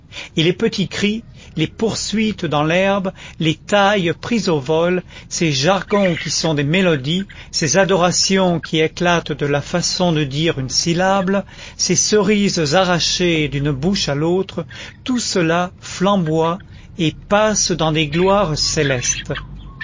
et les petits cris les poursuites dans l'herbe les tailles prises au vol ces jargons qui sont des mélodies ces adorations qui éclatent dans la façon de dire une syllabe ces cerises arrachées d'une bouche à l'autre tout cela flamboie et passe dans des gloires célestes